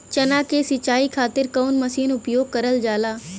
चना के सिंचाई खाती कवन मसीन उपयोग करल जाला?